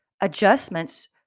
adjustments